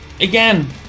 again